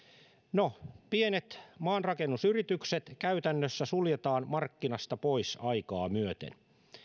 no pienet maanrakennusyritykset käytännössä suljetaan markkinasta pois aikaa myöten